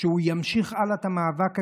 שהוא ימשיך הלאה את המאבק הזה.